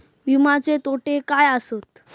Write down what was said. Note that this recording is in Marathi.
विमाचे तोटे काय आसत?